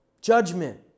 judgment